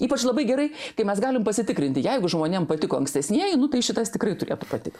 ypač labai gerai kai mes galim pasitikrinti jeigu žmonėm patiko ankstesnieji nu tai šitas tikrai turėtų patikt